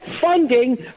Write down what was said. funding